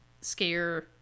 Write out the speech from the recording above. scare